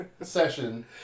session